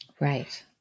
Right